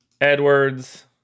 Edwards